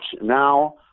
now